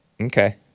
Okay